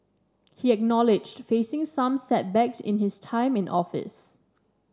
he acknowledged facing some setbacks in his time in office